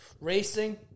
racing